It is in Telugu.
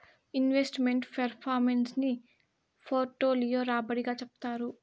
ఇన్వెస్ట్ మెంట్ ఫెర్ఫార్మెన్స్ ని పోర్ట్ఫోలియో రాబడి గా చెప్తారు